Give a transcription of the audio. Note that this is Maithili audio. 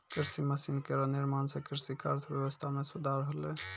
कृषि मसीन केरो निर्माण सें कृषि क अर्थव्यवस्था म सुधार होलै